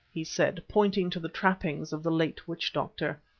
he said, pointing to the trappings of the late witch-doctor.